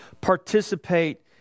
participate